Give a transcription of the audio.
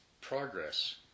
progress